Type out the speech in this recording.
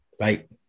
Right